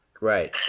Right